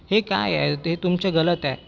हे काय आहे ते तुमचे गलत आहे